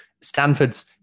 Stanford's